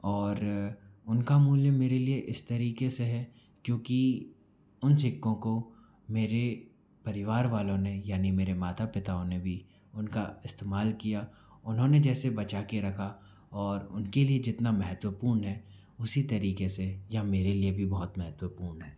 और उनका मूल्य मेरे लिए इस तरीके से है क्योंकि उन सिक्कों को मेरे परिवार वालों ने यानि मेरे माता पिताओं ने भी उनका इस्तेमाल किया उन्होंने जैसे बचाके रखा और उनके लिए जितना महत्वपूर्ण है उसी तरीके से यह मेरे लिए भी बहुत महत्वपूर्ण है